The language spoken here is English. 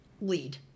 lead